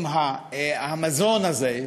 עם המזון הזה,